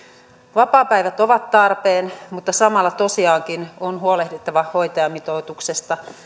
vapaapäivät ovat tarpeen mutta samalla tosiaankin on huolehdittava hoitajamitoituksesta